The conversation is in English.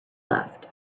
loved